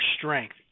strength